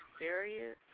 serious